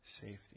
safety